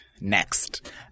next